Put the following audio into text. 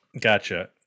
gotcha